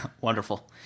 Wonderful